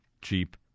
cheap